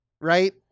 right